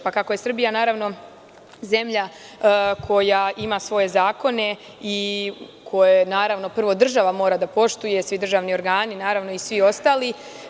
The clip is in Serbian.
Pa, kako je Srbija, naravno, zemlja koja ima svoje zakone i koje prvo država mora da poštuje, svi državni organi, naravno i svi ostali.